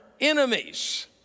enemies